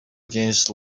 against